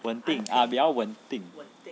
稳定 ah 比较稳定